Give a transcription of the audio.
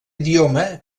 idioma